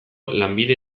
lanbide